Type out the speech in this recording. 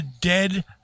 dead